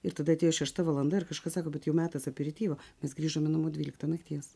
ir tada atėjo šešta valanda ir kažkas sako bet jau metas aperityvo jis grįžome namo dvyliktą nakties